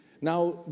Now